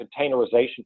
containerization